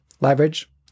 leverage